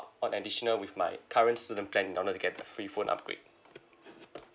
on additional with my current student plan in order to get the free phone upgrade